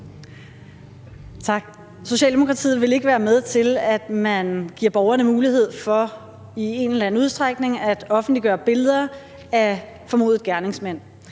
Tak. Socialdemokratiet vil ikke være med til, at man giver borgerne mulighed for i en eller anden udstrækning at offentliggøre billeder af formodede gerningsmænd.